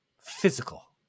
physical